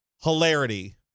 Hilarity